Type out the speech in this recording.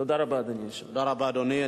תודה רבה, אדוני היושב-ראש.